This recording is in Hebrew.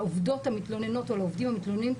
לעובדות המתלוננות או לעובדים המתלוננים,